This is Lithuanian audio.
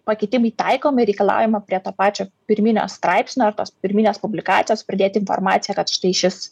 pakeitimai taikomi reikalaujama prie to pačio pirminio straipsnio ar tos pirminės publikacijos pridėti informaciją kad štai šis